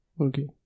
Okay